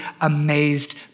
amazed